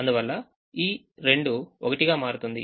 అందువల్ల ఈ 2 1గా మారుతుంది